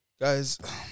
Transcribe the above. Guys